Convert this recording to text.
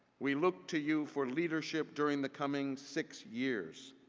we look to you for leadership during the coming six years.